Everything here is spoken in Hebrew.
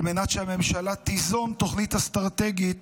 על מנת שהממשלה תיזום תוכנית אסטרטגית